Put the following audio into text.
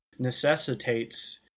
Necessitates